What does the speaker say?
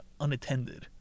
unattended